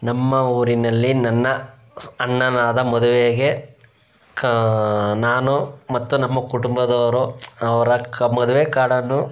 ನಮ್ಮ ಊರಿನಲ್ಲಿ ನನ್ನ ಅಣ್ಣನಾದ ಮದುವೆಗೆ ಕಾ ನಾನು ಮತ್ತು ನಮ್ಮ ಕುಟುಂಬದವರು ಅವರ ಕ ಮದುವೆ ಕಾರ್ಡನ್ನು